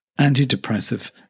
antidepressive